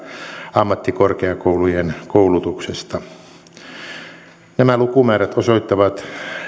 ammattikorkeakoulujen koulutuksesta nämä lukumäärät osoittavat